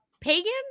Pagan